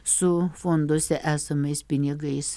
su fonduose esamais pinigais